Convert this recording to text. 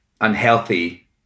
unhealthy